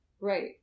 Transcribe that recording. Right